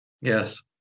Yes